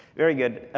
very good.